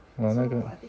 oh 那个